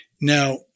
Now